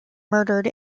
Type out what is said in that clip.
murdered